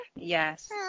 yes